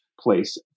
place